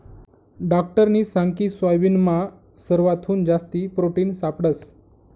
डाक्टरनी सांगकी सोयाबीनमा सरवाथून जास्ती प्रोटिन सापडंस